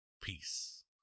peace